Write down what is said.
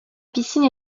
piscine